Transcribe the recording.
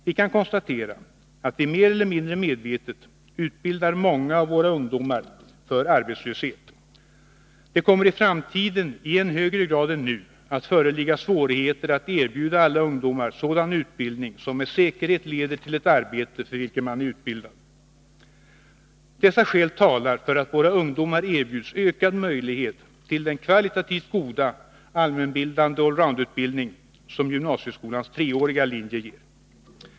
Vi kan konstatera att vi mer eller mindre medvetet utbildar många av våra ungdomar för arbetslöshet. Det kommer i framtiden i än högre grad än nu att föreligga svårigheter att erbjuda alla ungdomar sådan utbildning som med säkerhet leder till ett arbete för vilket man är utbildad. Dessa skäl talar för att våra ungdomar erbjuds ökad möjlighet till den kvalitativt goda, allmänbildande allroundutbildning som gymnasieskolans treåriga linjer ger.